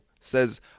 says